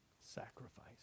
sacrifice